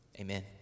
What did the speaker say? amen